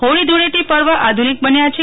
હોળી ધૂળેટી પર્વ આધુનિક બન્યા છે